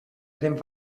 eren